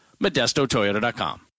ModestoToyota.com